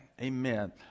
Amen